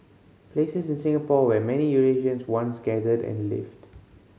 places in Singapore where many Eurasians once gathered and lived